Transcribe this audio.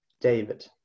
David